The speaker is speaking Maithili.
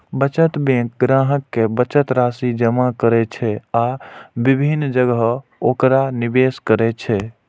बचत बैंक ग्राहक के बचत राशि जमा करै छै आ विभिन्न जगह ओकरा निवेश करै छै